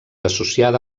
associada